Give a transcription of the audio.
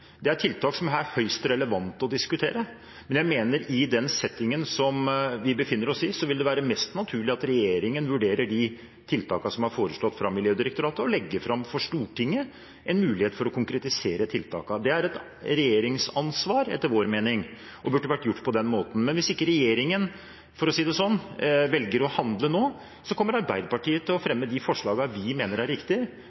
er høyst relevante å diskutere. I den settingen som vi befinner oss i, mener jeg det vil være mest naturlig at regjeringen vurderer de tiltakene som er foreslått fra Miljødirektoratet, og legger fram for Stortinget en mulighet for å konkretisere tiltakene. Det er etter vår mening et regjeringsansvar og bør gjøres på den måten. Hvis ikke regjeringen – for å si det slik – velger å handle nå, kommer Arbeiderpartiet til å fremme de forslagene som vi mener er